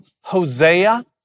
Hosea